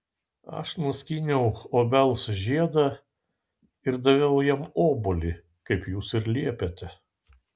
aš nuskyniau obels žiedą ir daviau jam obuolį kaip jūs ir liepėte